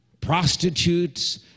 prostitutes